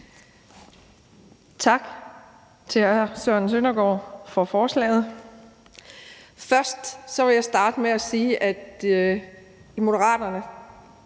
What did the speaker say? Tak til hr. Søren Søndergaard for forslaget. Jeg vil starte med at sige, at i Moderaterne